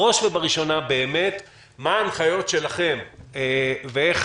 בראש ובראשונה, מה ההנחיות שלכם ואיך